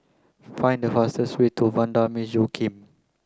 find the fastest way to Vanda Miss Joaquim